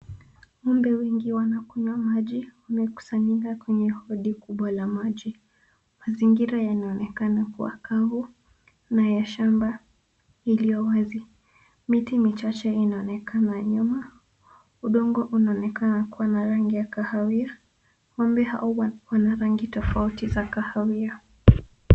Ng'ombe wengi wanakunywa maji, wamekusanyika kwenye fudi kubwa la maji. Mazingira yanaonekana kuwa kavu na ya shamba iliowazi. Miti michache inaonekana nyuma, udongo unaonekana kuwa na rangi ya kahawia. Ng'ombe hao wana rangi tofauti za kahawia.